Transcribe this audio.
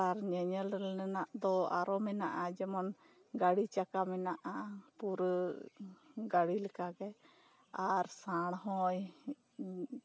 ᱟᱨ ᱧᱮᱧᱮᱞ ᱨᱮᱱᱟᱜ ᱫᱚ ᱟᱨᱚ ᱢᱮᱱᱟᱜᱼᱟ ᱡᱮᱢᱚᱱ ᱜᱟᱹᱰᱤ ᱪᱟᱠᱟ ᱢᱮᱱᱟᱜᱼᱟ ᱯᱩᱨᱟᱹ ᱜᱟᱹᱰᱤ ᱞᱮᱠᱟᱜᱮ ᱟᱨ ᱥᱟᱲ ᱦᱚᱸᱭ